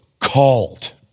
called